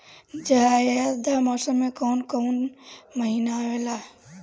जायद मौसम में कौन कउन कउन महीना आवेला?